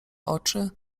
oczy